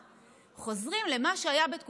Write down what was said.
חוזרים למה שהיה בתקופת הקורונה.